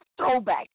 throwback